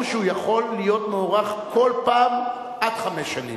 שהוא יכול להיות מוארך כל פעם עד חמש שנים.